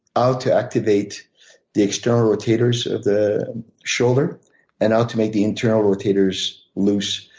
ah how to activate the external rotators of the shoulder and how to make the internal rotators loose.